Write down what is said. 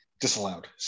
disallowed